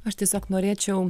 aš tiesiog norėčiau